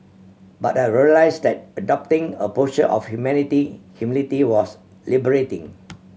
but I realise that adopting a posture of humanity humility was liberating